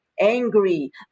angry